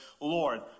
Lord